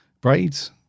Braids